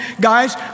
guys